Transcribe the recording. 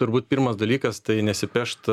turbūt pirmas dalykas tai nesipešt